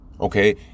okay